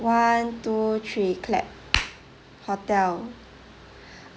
one two three clap hotel